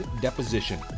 deposition